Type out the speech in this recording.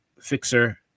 fixer